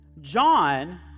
John